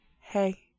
Hey